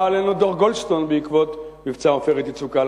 בא עלינו דוח-גולדסטון בעקבות מבצע "עופרת יצוקה".